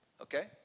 okay